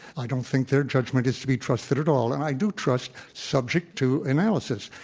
i don't think their judgment is to be trusted at all. and i do trust subject to analysis.